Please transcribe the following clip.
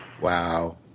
Wow